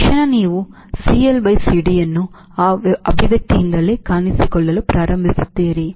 ತಕ್ಷಣ ನೀವು CLಮತ್ತು CDಯನ್ನು ಆ ಅಭಿವ್ಯಕ್ತಿಯಿಂದಲೇ ಕಾಣಿಸಿಕೊಳ್ಳಲು ಪ್ರಾರಂಭಿಸುತ್ತೀರಿ